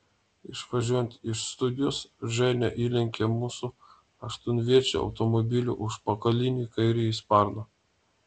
išvažiuojant iš studijos ženia įlenkė mūsų aštuonviečio automobilio užpakalinį kairįjį sparną